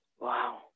Wow